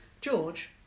George